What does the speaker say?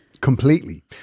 Completely